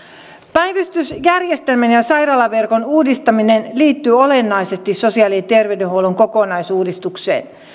päivystysjärjestelmän ja ja sairaalaverkon uudistaminen liittyy olennaisesti sosiaali ja terveydenhuollon kokonaisuudistukseen